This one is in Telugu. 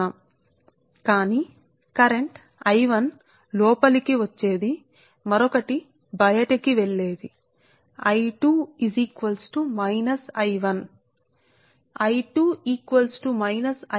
ఇప్పుడు కానీ కరెంట్ I1 లోపలి కి వచ్చేది మరొకటి బయటకు పోయేది కానీ మీరు I2 ని మైనస్ I1 కి సమానం అని